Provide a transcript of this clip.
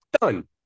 Done